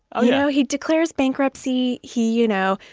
ah you know? he declares bankruptcy. he, you know,